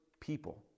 people